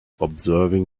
observing